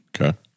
Okay